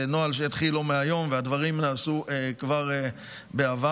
זה נוהל שהתחיל לא מהיום, והדברים נעשו כבר בעבר.